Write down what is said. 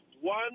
one